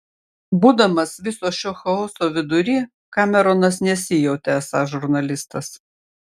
būdamas viso šio chaoso vidury kameronas nesijautė esąs žurnalistas